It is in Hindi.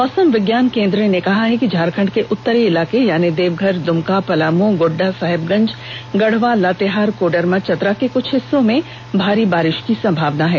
मौसम विज्ञान केंद्र ने कहा है कि झारखंड के उत्तरी इलाके यानी देवघर दुमका पलामू गोड्डा साहिबगंज गढ़वा लातेहार कोडरमा चतरा के क्छ हिस्सों में भारी बारिश की संभावना है